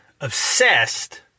obsessed